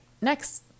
next